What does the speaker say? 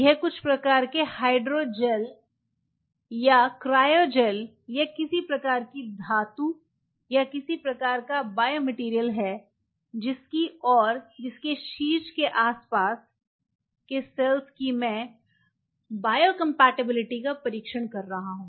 यह कुछ प्रकार के हाइड्रो जेल या क्रायोजेल या किसी प्रकार की धातु या किसी प्रकार का बायोमटेरियल है जिसकी और जिसके शीर्ष के आसपास के सेल्स की मैं बायोकम्पैटिबिलिटी का परीक्षण कर रहा हूं